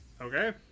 Okay